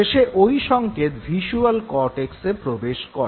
শেষে ঐ সঙ্কেত ভিস্যুয়াল কর্টেক্সে প্রবেশ করে